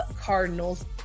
Cardinals